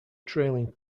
trailing